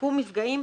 שיקום מפגעים,